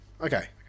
Okay